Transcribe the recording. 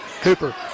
Cooper